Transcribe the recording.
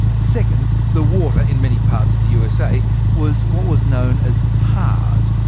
second, the water in many parts of the usa was what was known as hard,